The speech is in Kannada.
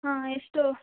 ಹಾಂ ಎಷ್ಟು